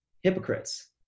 hypocrites